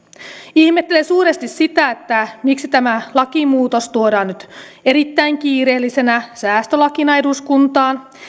ihmettelen suuresti sitä miksi tämä lakimuutos tuodaan nyt erittäin kiireellisenä säästölakina eduskuntaan eikä